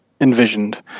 envisioned